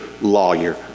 lawyer